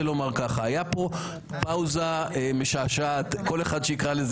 הייתה פה פאוזה משעשעת כל אחד שיקרא לזה